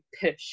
push